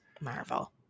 Marvel